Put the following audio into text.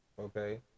okay